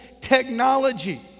technology